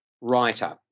writer